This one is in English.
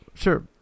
sure